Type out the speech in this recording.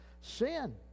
Sin